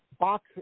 box